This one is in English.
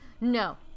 No